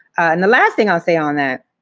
and the last thing i'll say on that.